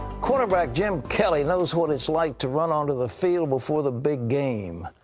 quarterback jim kelly knows what its like to run on to the field before the big game.